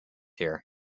here